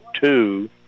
two